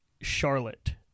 Charlotte